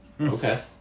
Okay